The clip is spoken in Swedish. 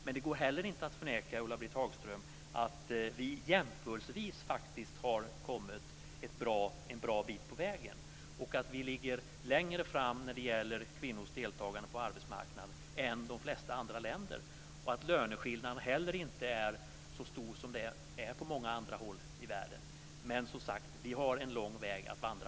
Det går dock heller inte, Ulla-Britt Hagström, att förneka att vi jämförelsevis faktiskt har kommit en bra bit på vägen och att Sverige när det gäller kvinnors deltagande på arbetsmarknaden har kommit längre än de flesta andra länder och att löneskillnaderna inte är så stora som de är på många andra håll i världen. Men vi har, som sagt, en lång väg att vandra.